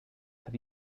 have